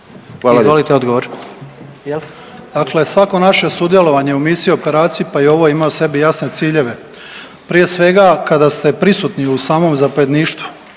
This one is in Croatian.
Mario (HDZ)** Dakle, svako naše sudjelovanje u misiji, operaciji pa i ovoj ima jasne ciljeve. Prije svega kada ste prisutni u samom zapovjedništvu